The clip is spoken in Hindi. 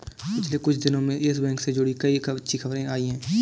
पिछले कुछ दिनो में यस बैंक से जुड़ी कई अच्छी खबरें आई हैं